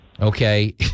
okay